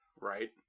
Right